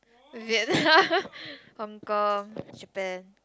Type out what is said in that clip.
hong-kong Japan